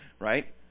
right